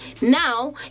Now